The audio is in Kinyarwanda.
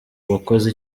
uwakoze